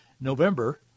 November